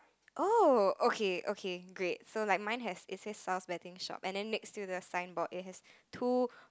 oh okay okay great so like mine has it says Sal's betting shop and then next to the signboard it has two